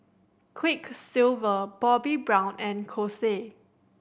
Quiksilver Bobbi Brown and Kose